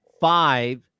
five